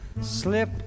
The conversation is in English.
slip